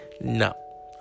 No